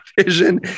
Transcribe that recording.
vision